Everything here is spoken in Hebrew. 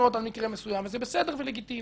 -- את המערכת הפוליטית